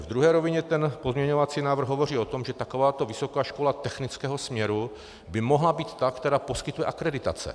V druhé rovině ten pozměňovací návrh hovoří o tom, že takováto vysoká škola technického směru by mohla být ta, která poskytuje akreditace.